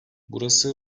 burası